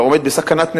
ועומד בסכנת נפשות,